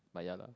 but ya lah